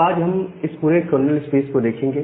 तो आज हम इस पूरे कर्नल स्पेस को देखेंगे